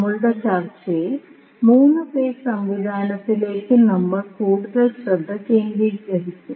നമ്മളുടെ ചർച്ചയിൽ 3 ഫേസ് സംവിധാനത്തിലേക്ക് നമ്മൾ കൂടുതൽ ശ്രദ്ധ കേന്ദ്രീകരിക്കും